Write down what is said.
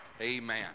Amen